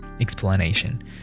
explanation